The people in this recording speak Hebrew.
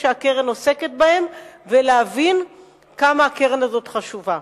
שהקרן עוסקת בהם ולהבין כמה הקרן הזאת חשובה.